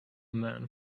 man